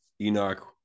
Enoch